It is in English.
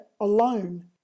alone